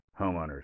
homeowners